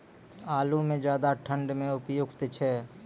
आलू म ज्यादा ठंड म उपयुक्त छै?